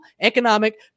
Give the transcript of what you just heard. economic